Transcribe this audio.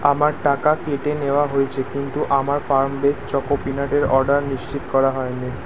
আমার টাকা কেটে নেওয়া হয়েছে কিন্তু আমার ফার্মবেদ চকো পিনাটের অর্ডার নিশ্চিত করা হয় নি